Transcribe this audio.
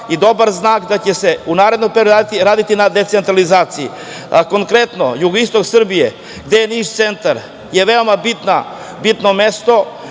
i dobar znak da će se u narednom periodu raditi na decentralizaciji. Konkretno, jugoistok Srbije, gde je Niš centar je veoma bitno mesto